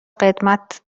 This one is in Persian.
قدمت